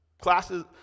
classes